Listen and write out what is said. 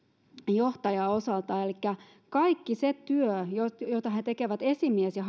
johtajan osalta elikkä kaikki se työ jota jota he he tekevät esimies ja